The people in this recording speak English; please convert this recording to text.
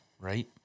Right